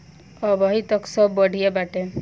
अबहीं तक त सब बढ़िया बाटे